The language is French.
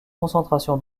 concentration